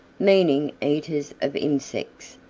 meaning eaters of insects,